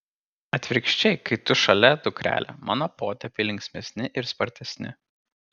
atvirkščiai kai tu šalia dukrele mano potėpiai linksmesni ir spartesni